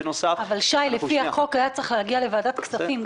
אבל שי, לפי החוק, היה צריך להגיע לוועדת הכספים.